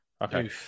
Okay